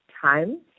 time